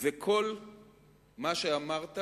וכל מה שאמרת